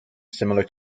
similar